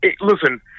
listen